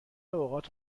اوقات